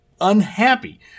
unhappy